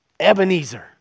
Ebenezer